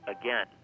again